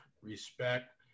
respect